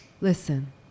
Listen